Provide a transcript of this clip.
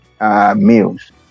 meals